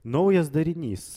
naujas darinys